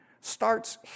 starts